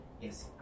Yes